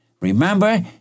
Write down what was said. Remember